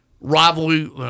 rivalry